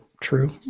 true